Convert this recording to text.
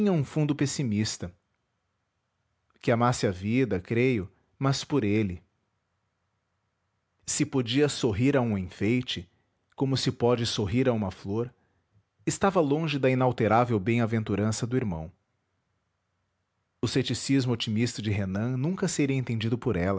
um fundo pessimista que amasse a vida creio mas por ele se podia sorrir a um enfeite como se pode sorrir a uma flor estava longe da inalterável bem-aventurança do irmão o cepticismo otimista de renan nunca seria entendido por